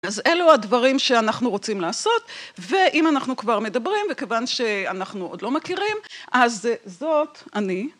אז אלו הדברים שאנחנו רוצים לעשות ואם אנחנו כבר מדברים, וכיוון שאנחנו עוד לא מכירים, אז זאת אני.